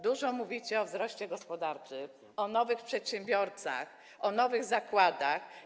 Dużo mówicie o wzroście gospodarczym, o nowych przedsiębiorcach, o nowych zakładach.